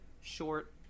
short